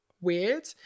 weird